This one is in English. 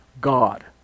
God